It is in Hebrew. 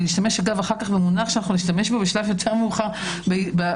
ולהשתמש במונח שנשתמש בו בשאלות האיזונים,